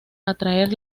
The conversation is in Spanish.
atraer